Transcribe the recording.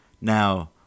now